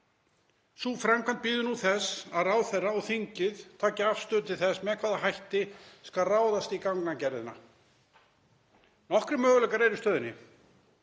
Sú framkvæmd bíður nú þess að ráðherra og þingið taki afstöðu til þess með hvaða hætti skuli ráðast í gangagerðina. Nokkrir möguleikar eru í stöðunni.